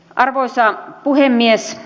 arvoisa puhemies